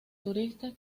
turistas